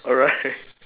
alright